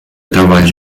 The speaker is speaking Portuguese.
trabalhos